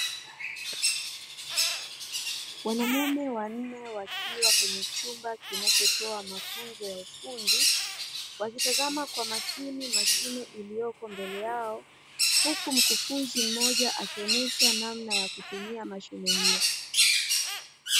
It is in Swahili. Wanamume wanne wakiwa kwenye chumba kinachotoa mafunzo ya ufundi, wakitazama kwa makini mashine iliyopo mbele yao huku mkufunzi mmoja akionyesha namna ya kutumia mashine hiyo.